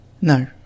No